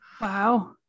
Wow